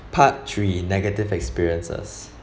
part three negative experiences